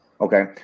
Okay